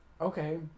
okay